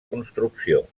construcció